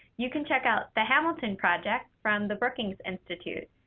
you can check out the hamilton project from the brookings institute.